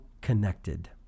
connected